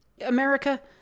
america